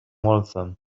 waltham